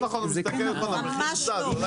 ממש לא.